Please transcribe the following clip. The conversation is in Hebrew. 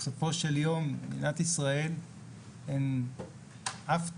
במדינת ישראל אין אף תואר,